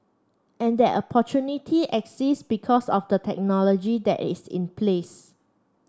and that opportunity exists because of the technology that is in place